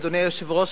אדוני היושב-ראש,